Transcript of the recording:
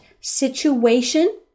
situation